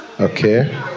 Okay